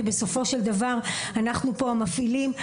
כי בסופו של דבר אנחנו פה המפעילים,